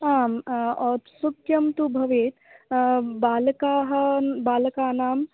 आं औत्सुक्यन्तु भवेत् बालकाः बालकानां